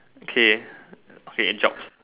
okay okay end jobs